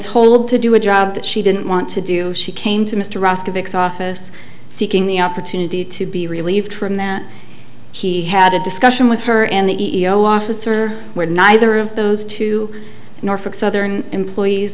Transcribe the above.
told to do a job that she didn't want to do she came to mr ross to fix office seeking the opportunity to be relieved from then he had a discussion with her and the e o officer where neither of those two norfolk southern employees